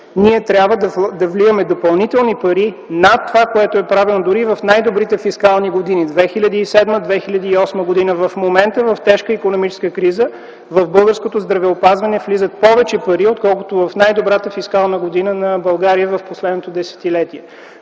ние трябва да вливаме допълнителни пари над това, което е правено, дори в най-добрите фискални години – 2007-2008 г. В момента в тежка икономическа криза в българското здравеопазване влизат повече пари, отколкото в най-добрата фискална година на България в последното десетилетие.